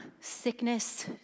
sickness